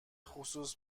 خصوص